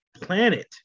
planet